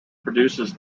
produces